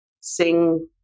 sing